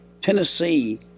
Tennessee